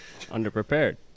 underprepared